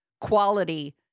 quality